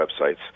websites